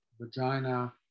vagina